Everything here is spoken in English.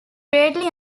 greatly